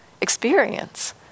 experience